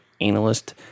analyst